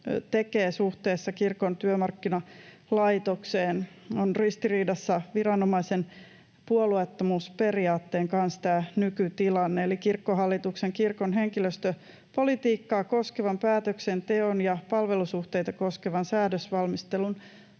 tekee suhteessa Kirkon työmarkkinalaitokseen. Tämä nykytilanne on ristiriidassa viranomaisen puolueettomuusperiaatteen kanssa, eli Kirkkohallituksen kirkon henkilöstöpolitiikkaa koskevan päätöksenteon ja palvelussuhteita koskevan säädösvalmistelun